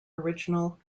original